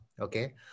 okay